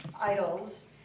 idols